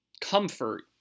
comfort